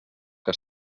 que